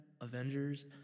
Avengers